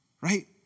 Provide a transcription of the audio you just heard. Right